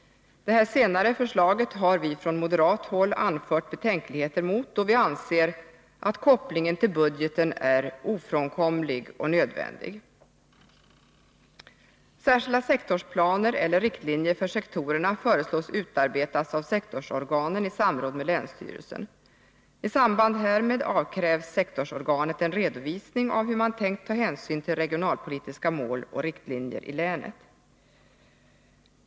Det här senare förslaget har vi från moderat håll anfört betänkligheter mot, då vi anser att kopplingen till budgeten är ofrånkomlig och nödvändig. Särskilda sektorsplaner eller riktlinjer för sektorerna föreslås bli utarbetade av sektorsorganen i samråd med länsstyrelsen. I samband härmed avkrävs sektorsorganet en redovisning av hur man tänkt ta hänsyn till regionalpolitiska mål och riktlinjer i länet.